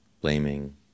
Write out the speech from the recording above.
blaming